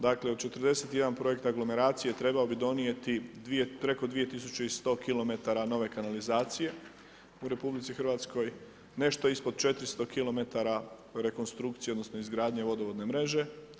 Dakle, od 41 projekt aglomeracije, trebao bi donijeti preko 2100 kilometara nove kanalizacije u RH, nešto ispod 400 kilometara rekonstrukcije odnosno izgradnje vodovodne mreže.